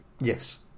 Yes